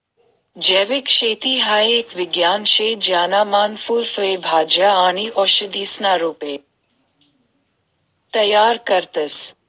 जैविक शेती हाई एक विज्ञान शे ज्याना मान फूल फय भाज्या आणि औषधीसना रोपे तयार करतस